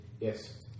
Yes